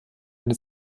eine